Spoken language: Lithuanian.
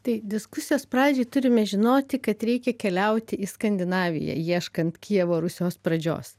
tai diskusijos pradžioj turime žinoti kad reikia keliauti į skandinaviją ieškant kijevo rusios pradžios